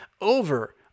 over